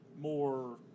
more